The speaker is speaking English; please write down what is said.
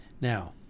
Now